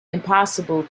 impossible